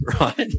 right